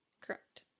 Correct